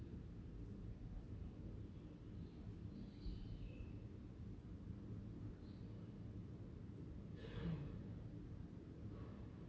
mm